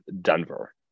Denver